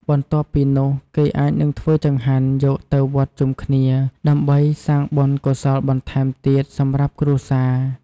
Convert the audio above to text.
បន្ទាប់ពីនោះ គេអាចនឹងធ្វើចង្ហាន់យកទៅវត្តជុំគ្នា ដើម្បីសាងបុណ្យកុសលបន្ថែមទៀតសម្រាប់គ្រួសារ។